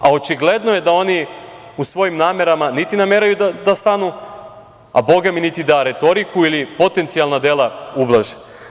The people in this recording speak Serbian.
A očigledno je da oni u svojim namerama niti nameravaju da stanu, a bogami, niti da retoriku ili potencijalna dela ublaže.